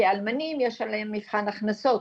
כי אלמנים יש עליהם מבחן הכנסות,